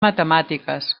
matemàtiques